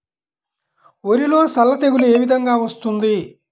వరిలో సల్ల తెగులు ఏ విధంగా వస్తుంది?